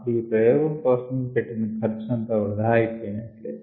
అప్పుడు ఈ ప్రయోగం కోసం పెట్టిన ఖర్చు అంతా వృధా అయినట్లే